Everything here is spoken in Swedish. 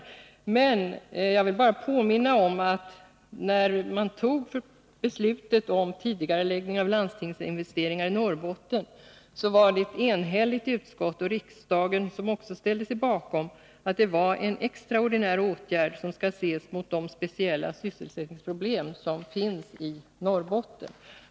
Nu är jag inte värmlänning, men jag vill påminna om att när beslutet om tidigareläggning av landstingsinvesteringar i Norrbotten fattades var det ett enhälligt utskott och en enig riksdag som ställde sig bakom förslaget. Det var en extraordinär åtgärd som skall ses mot bakgrund av de speciella sysselsättningsproblem som finns i Norrbotten.